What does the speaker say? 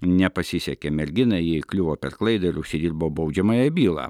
nepasisekė merginai ji įkliuvo per klaidą ir užsidirbo baudžiamąją bylą